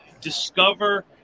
discover